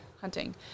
hunting